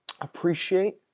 appreciate